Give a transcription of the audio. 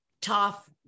tough